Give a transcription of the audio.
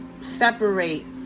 separate